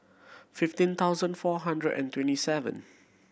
fifteen thousand four hundred and twenty seven